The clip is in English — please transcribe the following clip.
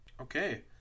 Okay